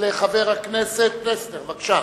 לחבר הכנסת פלסנר, בבקשה.